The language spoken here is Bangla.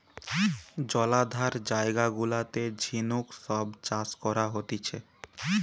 জলাধার জায়গা গুলাতে ঝিনুক সব চাষ করা হতিছে